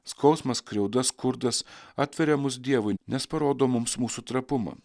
skausmas skriauda skurdas atveria mus dievui nes parodo mums mūsų trapumą